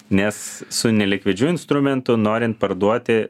nes su nelikvidžiu instrumentu norint parduoti